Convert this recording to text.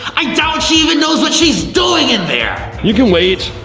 i doubt she even knows what she's doing in there. you can wait.